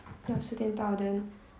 要十点到 then